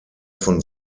von